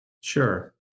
Sure